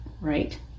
right